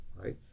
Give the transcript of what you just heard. right